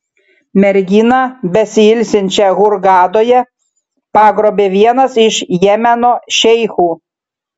merginą besiilsinčią hurgadoje pagrobė vienas iš jemeno šeichų